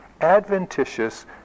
adventitious